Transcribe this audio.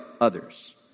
others